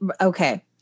Okay